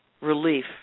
relief